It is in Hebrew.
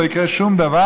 לא יקרה שום דבר.